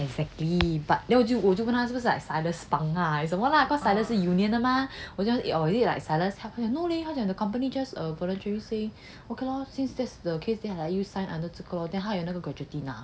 exactly but 我就问他是不是 cyrus 帮他还是什么啦 cause cyrus 是 union 的吗:de mah 我就 oh is it cyrus help 他讲 no leh the company just voluntarily say okay lor since that's the case then i let you sign under 这个 lor then 他有这个 gratuity 拿